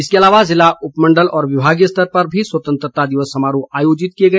इसके अलावा जिला उपमंडल व विभागीय स्तर पर भी स्वतंत्रता दिवस समारोह आयोजित किया गया